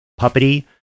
puppety